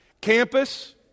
Campus